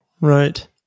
right